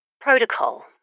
Protocol